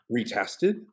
retested